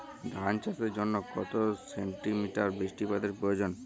ধান চাষের জন্য কত সেন্টিমিটার বৃষ্টিপাতের প্রয়োজন?